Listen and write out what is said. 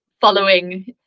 following